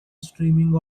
streaming